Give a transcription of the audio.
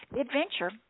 adventure